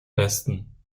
besten